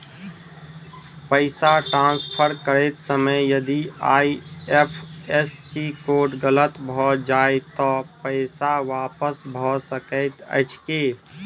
पैसा ट्रान्सफर करैत समय यदि आई.एफ.एस.सी कोड गलत भऽ जाय तऽ पैसा वापस भऽ सकैत अछि की?